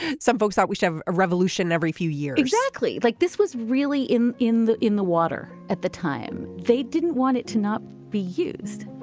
some folks thought we should have a revolution every few years exactly like this was really in in the in the water at the time. they didn't want it to not be used